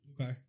Okay